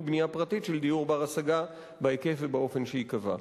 בנייה פרטית של דיור בר-השגה בהיקף ובאופן שייקבעו.